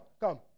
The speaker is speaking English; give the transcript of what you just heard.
come